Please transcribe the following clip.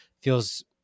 feels